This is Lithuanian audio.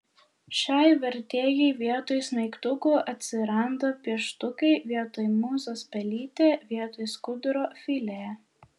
šiai vertėjai vietoj smeigtukų atsiranda pieštukai vietoj mūzos pelytė vietoj skuduro filė